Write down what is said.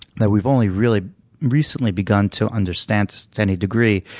that we've only really recently begun to understand so to any degree,